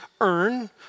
earn